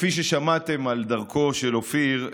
כפי ששמעתם על דרכו של אופיר,